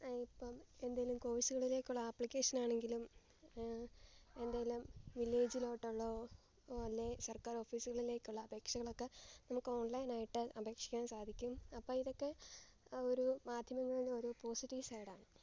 ഇപ്പം എന്തെങ്കിലും കോഴ്സുകളിലേക്കുള്ള ആപ്ലിക്കേഷൻ ആണെങ്കിലും എന്തെങ്കിലും വില്ലേജിലോട്ടുള്ള അല്ലെങ്കിൽ സർക്കാർ ഓഫീസുകളിലേക്കുള്ള അപേക്ഷകളൊക്കെ നമുക്ക് ഓൺലൈൻ ആയിട്ട് അപേക്ഷിക്കാൻ സാധിക്കും അപ്പം ഇതൊക്കെ ഒരു മാധ്യമങ്ങളുടെ ഒരു പോസിറ്റീവ് സൈഡ് ആണ്